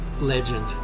legend